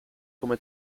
come